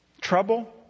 Trouble